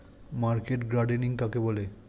Market gardening কাকে বলে?